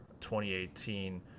2018